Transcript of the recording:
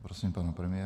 Prosím pana premiéra.